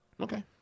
Okay